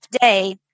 day